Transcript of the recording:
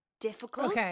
difficult